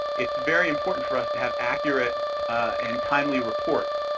it's very important for us to have accurate and timely reports.